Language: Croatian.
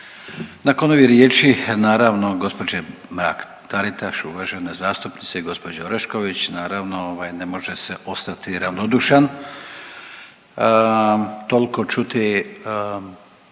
Nakon ovih riječi, naravno, gđe Mrak-Taritaš, uvažene zastupnice gđe Orešković, naravno ovaj ne može se ostati ravnodušan. Toliko čuti